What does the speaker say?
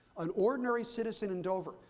an ordinary citizen in dover,